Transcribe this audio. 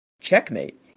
checkmate